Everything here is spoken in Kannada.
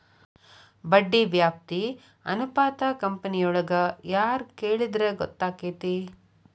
ಬಡ್ಡಿ ವ್ಯಾಪ್ತಿ ಅನುಪಾತಾ ಕಂಪನಿಯೊಳಗ್ ಯಾರ್ ಕೆಳಿದ್ರ ಗೊತ್ತಕ್ಕೆತಿ?